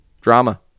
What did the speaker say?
drama